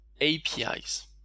APIs